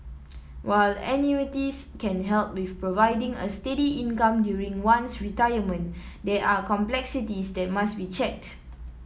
while annuities can help with providing a steady income during one's retirement there are complexities that must be checked